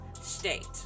state